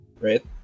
right